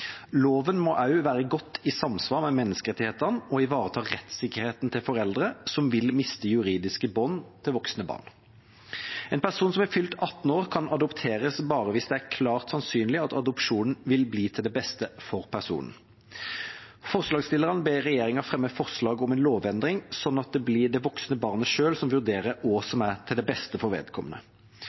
Loven må også være godt i samsvar med menneskerettighetene og ivareta rettssikkerheten til foreldre som vil miste juridiske bånd til voksne barn. En person som har fylt 18 år, kan adopteres bare hvis det er klart sannsynlig at adopsjonen vil bli til det beste for personen. Forslagsstillerne ber regjeringen fremme forslag om en lovendring, slik at det blir det voksne barnet selv som vurderer hva som er til det beste for vedkommende.